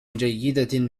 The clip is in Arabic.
جيدة